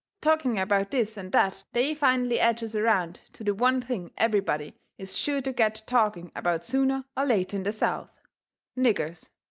talking about this and that they finally edges around to the one thing everybody is sure to get to talking about sooner or later in the south niggers.